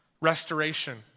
restoration